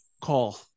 call